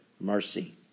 mercy